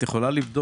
אתם יכולים לבדוק,